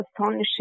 astonishing